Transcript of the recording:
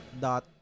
dot